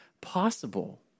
possible